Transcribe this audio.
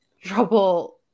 trouble